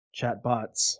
chatbots